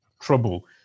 Trouble